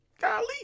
golly